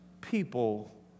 people